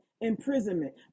imprisonment